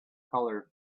colour